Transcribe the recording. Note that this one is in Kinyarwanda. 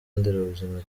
nderabuzima